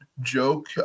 joke